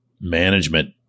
management